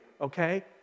okay